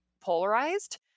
polarized